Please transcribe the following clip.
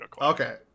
Okay